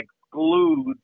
exclude